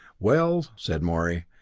well, said morey,